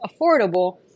affordable